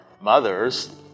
mothers